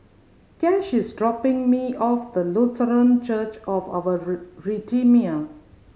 Cash is dropping me off the Lutheran Church of Our Redeemer